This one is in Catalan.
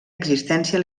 existència